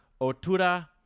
Otura